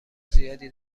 زیادی